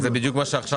אז זה בדיוק מה שאמרה